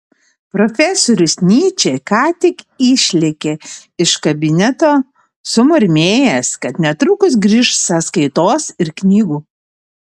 profesorius nyčė ką tik išlėkė iš kabineto sumurmėjęs kad netrukus grįš sąskaitos ir knygų